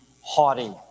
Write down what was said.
haughty